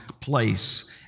place